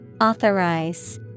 Authorize